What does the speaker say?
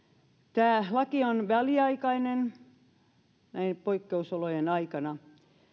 tämä laki on väliaikainen näin poikkeusolojen aikana